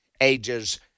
ages